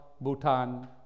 Bhutan